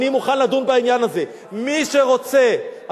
אני לא אמרתי: ימשיך לקבל את כל זכויותיו,